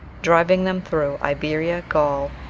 driving them through iberia, gaul,